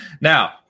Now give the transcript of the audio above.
Now